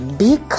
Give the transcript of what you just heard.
big